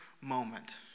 moment